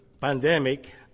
pandemic